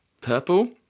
Purple